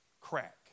Crack